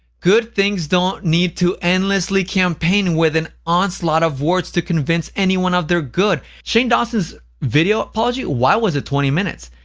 good things don't need to endlessly campaign with an onslaught of words to convince anyone of their good. shane dawson's video apology, why was it twenty minutes?